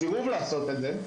הסירוב לעשות את זה,